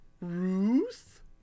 Ruth